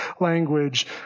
language